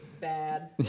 bad